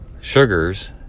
sugars